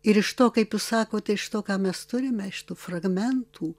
ir iš to kaip jūs sakote iš to ką mes turime iš tų fragmentų